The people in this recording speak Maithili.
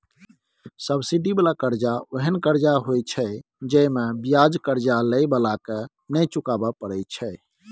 सब्सिडी बला कर्जा ओहेन कर्जा होइत छै जइमे बियाज कर्जा लेइ बला के नै चुकाबे परे छै